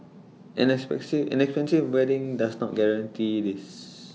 an expensive an expensive wedding does not guarantee this